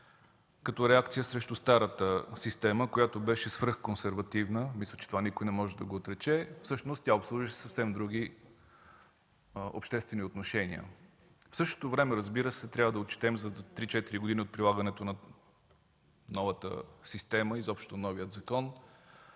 като реакция срещу старата система, която беше свръхконсервативна. Мисля, че това никой не може да го отрече. Всъщност тя обслужваше съвсем други обществени отношения. В същото време трябва да отчетем, че за 3-4 години от прилагането на новата система, изобщо на нов закон,